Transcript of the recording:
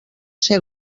ser